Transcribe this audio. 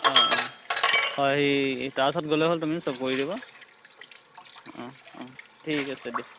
অঁ অঁ হয় সেই তাৰ ওচৰত গ'লে হ'ল তুমি চব কৰি দিব অঁ অঁ ঠিক আছে দিয়া